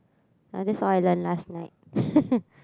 uh that's all I learn last night